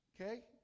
okay